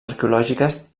arqueològiques